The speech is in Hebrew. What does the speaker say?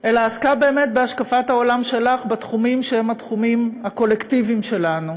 אלא עסקה באמת בהשקפת העולם שלך בתחומים הקולקטיביים שלנו.